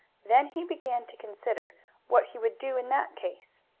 then he began to consider what he would do in that case.